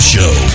Show